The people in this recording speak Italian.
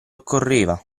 occorreva